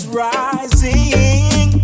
rising